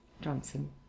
Johnson